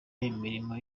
imilimo